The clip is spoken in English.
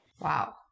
Wow